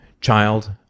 child